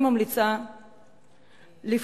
אני ממליצה לבחור,